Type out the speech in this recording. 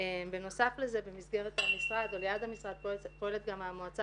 בנוסף לזה במסגרת המשרד או ליד המשרד פועלת גם המועצה